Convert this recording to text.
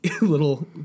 little